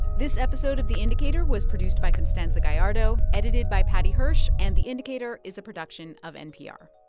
this episode of the indicator was produced by constanza gallardo, edited by paddy hirsch. and the indicator is a production of npr